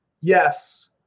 yes